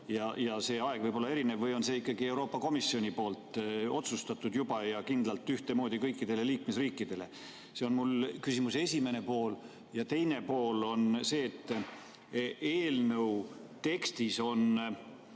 see aeg võib olla erinev? Või on see ikkagi Euroopa Komisjoni poolt juba otsustatud ja kindlalt ühtemoodi kõikidele liikmesriikidele? See on küsimuse esimene pool. Teine pool on selle kohta, et eelnõu tekstis on